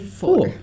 four